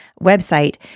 website